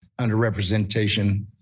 underrepresentation